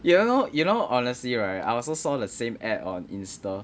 you know you know honestly right I also saw the same ad on Insta